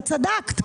את צדקת.